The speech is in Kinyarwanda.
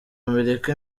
amerika